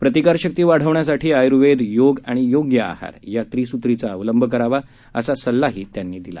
प्रतिकार शक्ती वाढवण्यासाठी आयुर्वेद योग आणि योग्य आहार या त्रिसुत्रीचा अंवलंब करावा असा सल्लाही त्यांनी दिला